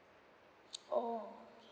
orh okay